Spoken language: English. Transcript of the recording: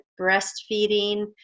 breastfeeding